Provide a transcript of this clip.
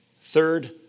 Third